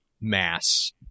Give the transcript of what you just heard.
mass